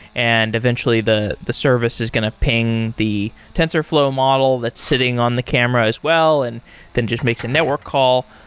and eventually the the service is going to ping the tensorflow model that's sitting on the camera as well, and then just makes a network call.